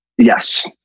Yes